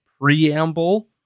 preamble